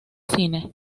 cine